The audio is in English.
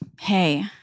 hey